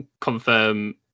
confirm